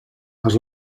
els